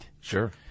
Sure